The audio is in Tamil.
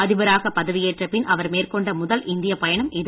அதிபராக பதவி ஏற்றபின் அவர் மேற்கொண்ட முதல் இந்திய பயணம் இது